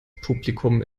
publikum